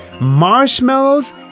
marshmallows